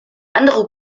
andere